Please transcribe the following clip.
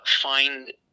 find